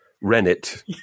rennet